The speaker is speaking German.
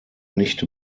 nicht